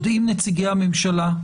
יודעים נציגי הממשלה,